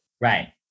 Right